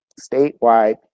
Statewide